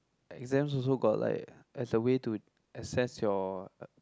exams also got like as a way to assess your uh